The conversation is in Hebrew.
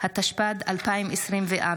חרבות ברזל) תיקון מס' 2), התשפ"ד 2024,